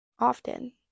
often